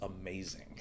amazing